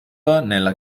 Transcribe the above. nella